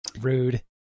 rude